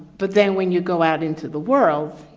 but then when you go out into the world,